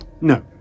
No